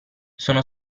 sono